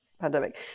pandemic